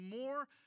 more